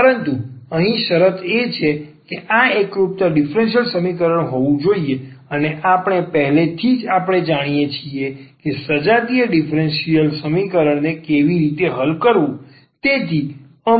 પરંતુ અહીં શરત એ છે કે આ એકરૂપતાવાળા ડીફરન્સીયલ સમીકરણ હોવું જોઈએ અને આપણે પહેલેથી જ જાણીએ છીએ કે સજાતીય ડીફરન્સીયલ સમીકરણ ને કેવી રીતે હલ કરવું